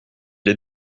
les